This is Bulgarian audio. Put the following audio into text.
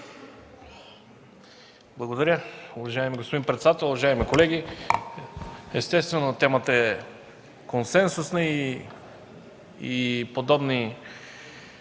Благодаря, уважаеми господин председател. Уважаеми колеги, естествено темата е консенсусна и подобни